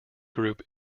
group